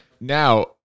now